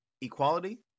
equality